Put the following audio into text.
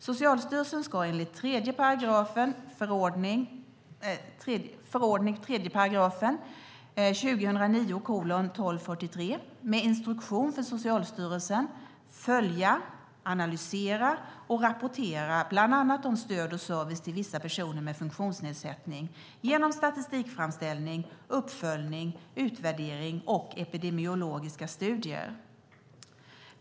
Socialstyrelsen ska enligt 3 § förordning 2009:1243 med instruktion för Socialstyrelsen följa, analysera och rapportera bland annat om stöd och service till vissa personer med funktionsnedsättning genom statistikframställning, uppföljning, utvärdering och epidemiologiska studier.